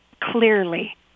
clearly